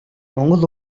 монгол